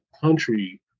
country